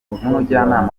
n’umujyanama